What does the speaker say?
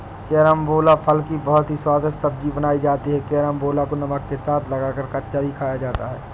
carambola फल की बहुत ही स्वादिष्ट सब्जी बनाई जाती है कैरमबोला को नमक के साथ लगाकर कच्चा भी खाया जाता है